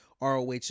ROH